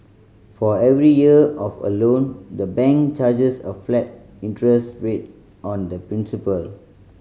for every year of a loan the bank charges a flat interest rate on the principal